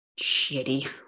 shitty